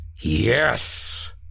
Yes